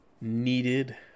needed